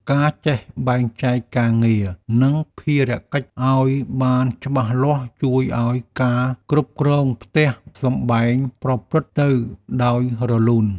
ការចេះបែងចែកការងារ និងភារកិច្ចឱ្យបានច្បាស់លាស់ជួយឱ្យការគ្រប់គ្រងផ្ទះសម្បែងប្រព្រឹត្តទៅដោយរលូន។